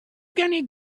going